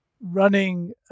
running